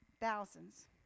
thousands